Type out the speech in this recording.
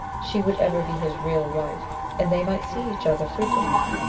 she would ever be his real wife, and they might see each other frequently.